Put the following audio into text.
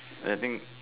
I think